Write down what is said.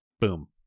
boom